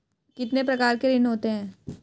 कितने प्रकार के ऋण होते हैं?